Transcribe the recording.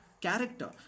character